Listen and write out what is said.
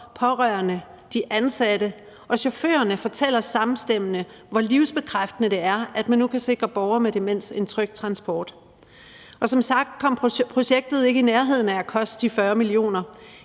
pårørende, de ansatte og chaufførerne fortæller samstemmende, hvor livsbekræftende det er, at man nu kan sikre borgere med demens en tryg transport. Og som sagt kom projektet ikke i nærheden af at koste de 40 mio.